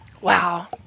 Wow